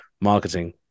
marketing